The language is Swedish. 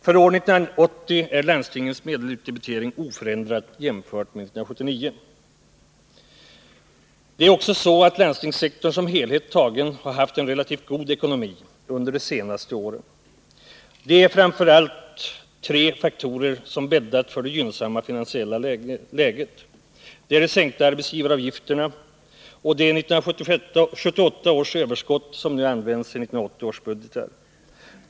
För år 1980 är landstingens medelutdebitering oförändrad jämfört med 1979. Det är också så att landstingssektorn som helhet tagen har haft en relativt god ekonomi under de senaste åren. Det är framför allt tre faktorer som har bäddat för det gynnsamma finansiella läget. Det är de sänkta arbetsgivaravgifterna och 1978 års överskott, som nu används i 1980 års budgetar.